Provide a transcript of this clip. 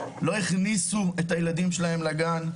לא הכניסו את הילדים שלהם לגן,